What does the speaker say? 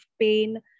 pain